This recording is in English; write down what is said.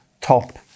top